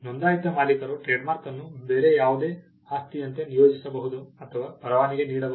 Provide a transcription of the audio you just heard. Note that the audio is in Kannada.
ನೋಂದಾಯಿತ ಮಾಲೀಕರು ಟ್ರೇಡ್ಮಾರ್ಕ್ ಅನ್ನು ಬೇರೆ ಯಾವುದೇ ಆಸ್ತಿಯಂತೆ ನಿಯೋಜಿಸಬಹುದು ಅಥವಾ ಪರವಾನಗಿ ನೀಡಬಹುದು